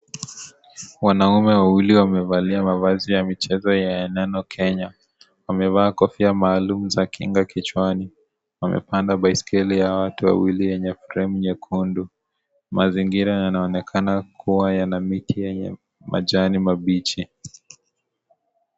Wanaume wawili wamevalia mavazi ya michezo yenye neno Kenya. Wamevaa kofia maalum za kinga kichwani. Wamepanda baiskeli ya watu wawili yenye fremu nyekundu. Mazingira yanaonekana kuwa yana miti yenye majani mabichi.